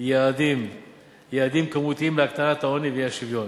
יעדים כמותיים להקטנת העוני והאי-שוויון.